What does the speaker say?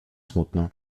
smutno